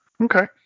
Okay